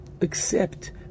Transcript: accept